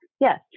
yes